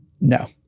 no